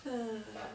err